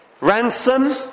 ransom